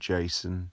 Jason